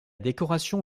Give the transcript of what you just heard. décoration